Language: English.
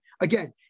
again